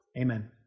Amen